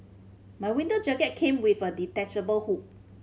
my winter jacket came with a detachable hood